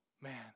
man